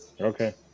Okay